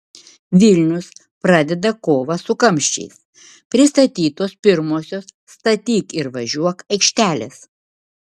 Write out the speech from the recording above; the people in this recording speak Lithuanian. vilnius pradeda kovą su kamščiais pristatytos pirmosios statyk ir važiuok aikštelės